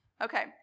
okay